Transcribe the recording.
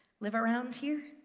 live around here?